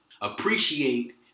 Appreciate